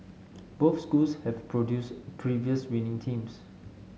both schools have produced previous winning teams